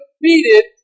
defeated